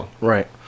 Right